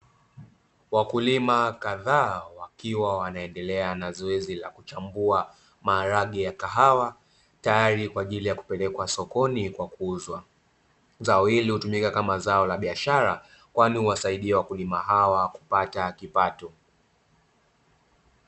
Wakulima kadhaa, wakiwa wanaendelea na zoezi la kuchambua maharage ya kahawa, tayari kwa ajili ya kupelekwa sokoni kwa kuuzwa. Zao hili hutumika kama zao la biashara, kwani huwasaidia wakulima hawa kupata kipato.